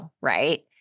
Right